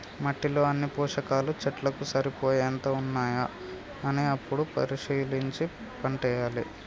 మట్టిలో అన్ని పోషకాలు చెట్లకు సరిపోయేంత ఉన్నాయా అని ఎప్పుడు పరిశీలించి పంటేయాలే